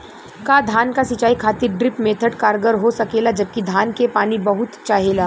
का धान क सिंचाई खातिर ड्रिप मेथड कारगर हो सकेला जबकि धान के पानी बहुत चाहेला?